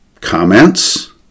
comments